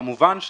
כמובן,